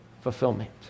fulfillment